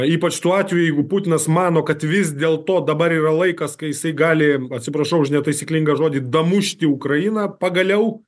ypač tuo atveju jeigu putinas mano kad vis dėlto dabar yra laikas kai jisai gali atsiprašau už netaisyklingą žodį damušti ukrainą pagaliau